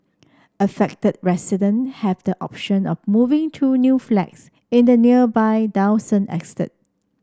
affected resident have the option of moving to new flats in the nearby Dawson estate